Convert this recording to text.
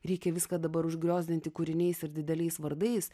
reikia viską dabar užgriozdinti kūriniais ir dideliais vardais